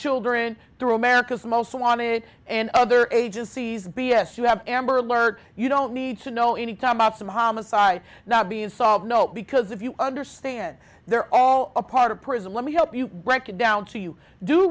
children through america's most wanted and other agencies b s you have amber alert you don't need to know any time about some homicide not being solved know because if you understand they're all a part of prison let me help you reckon down so you do